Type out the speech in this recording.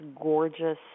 gorgeous